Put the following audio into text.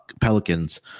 Pelicans